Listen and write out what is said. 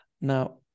Now